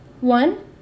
One